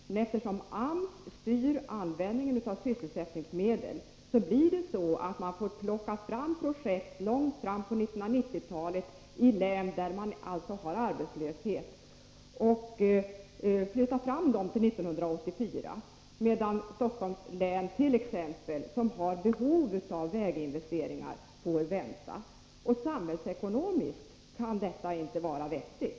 Men eftersom AMS styr användningen av sysselsättningsmedlen, får man i län med arbetslöshet plocka fram projekt som är avsedda att åtgärdas långt in på 1990-talet och flytta fram dem till 1984. Stockholms län, där man har behov av väginvesteringar, får man däremot vänta. Samhällsekonomiskt kan detta inte vara vettigt.